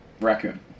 Raccoon